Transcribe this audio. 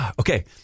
Okay